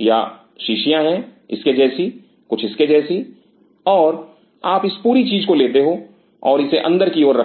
या शीशियां हैं इसके जैसी कुछ इसके जैसी और आप इस पूरी चीज को लेते हो और इसे अंदर की ओर रखें